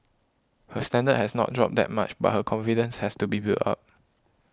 her standard has not dropped that much but her confidence has to be built up